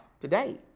today